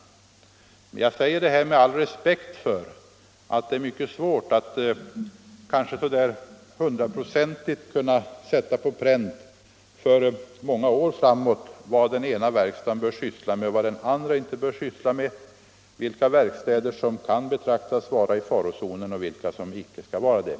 Jag säger detta med all respekt för att det är mycket svårt att hundraprocentigt för många år framåt sätta på pränt vad den ena eller andra verkstaden bör syssla med, vilka verkstäder som kan betraktas vara i farozonen och vilka som icke kommer att vara det.